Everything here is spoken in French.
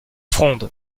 fronde